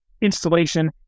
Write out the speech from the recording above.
installation